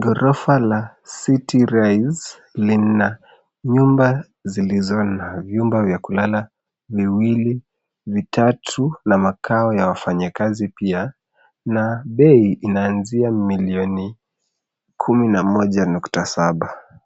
ghorofa la City Rise lina vyumba zilizo na vyumba vya kulala viwili na tatu na makao ya wafanyikazi pia na bei inaanzia milioni kumi na moja nukta saba.